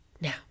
Now